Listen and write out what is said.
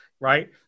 Right